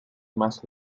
más